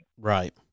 Right